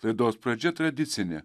laidos pradžia tradicinė